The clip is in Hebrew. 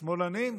השמאלנים?